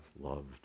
loved